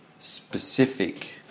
Specific